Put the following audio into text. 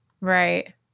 right